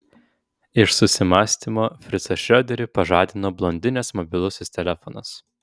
iš susimąstymo fricą šrioderį pažadino blondinės mobilusis telefonas